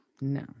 No